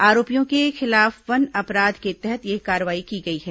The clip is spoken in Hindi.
आरोपियों के खिलाफ वन अपराध के तहत यह कार्रवाई की गई है